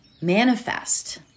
Manifest